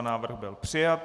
Návrh byl přijat.